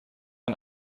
ein